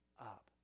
up